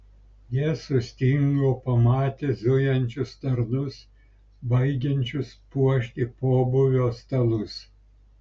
jie sustingo pamatę zujančius tarnus baigiančius puošti pobūvio stalus